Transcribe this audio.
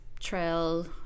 trail